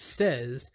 says